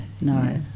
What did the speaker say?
no